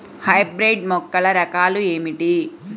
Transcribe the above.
Hybrid మొక్కల రకాలు ఏమిటి?